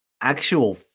actual